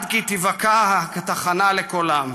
עד כי תיבקע התחנה לקולם.